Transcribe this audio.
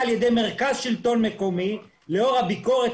על-ידי מרכז שלטון מקומי לאור הביקורת